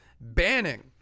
banning